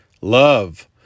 love